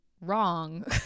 wrong